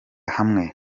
hamwe